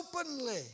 openly